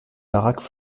baraques